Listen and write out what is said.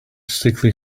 sickly